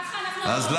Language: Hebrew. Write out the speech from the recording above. ככה אנחנו המרוקאיות,